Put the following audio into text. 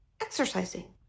exercising